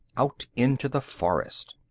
out into the forest.